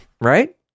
right